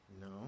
No